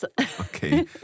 Okay